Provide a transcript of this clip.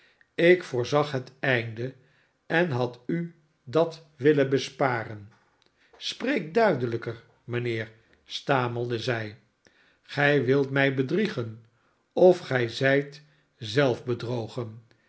ik voorzag het einde en had u dat willen besparen spreek duidelijker mijnheer stamelde zij gij wilt mij bedriegen of gij zijt zelf bedrogen